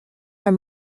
are